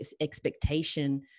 expectation